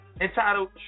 entitled